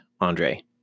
Andre